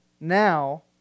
Now